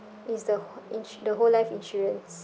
is the wh~ ins~ the whole life insurance